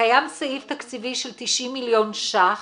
קיים סעיף תקציבי של 90 מיליון שקלים,